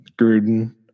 Gruden